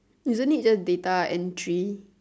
isn't it just data entry